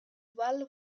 well